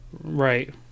Right